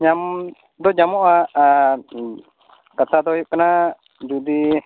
ᱧᱟᱢ ᱫᱚ ᱧᱟᱢᱚᱜᱼᱟ ᱠᱟᱛᱷᱟ ᱫᱚ ᱦᱩᱭᱩᱜ ᱠᱟᱱᱟ ᱡᱩᱫᱤ